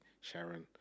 Sharon